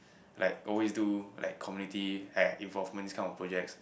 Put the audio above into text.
like always do like community uh involvement this kind of projects